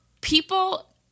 people